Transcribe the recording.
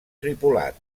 tripulat